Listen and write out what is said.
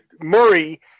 Murray